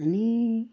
आनी